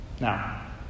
Now